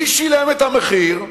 מי שילם את המחיר?